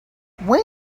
where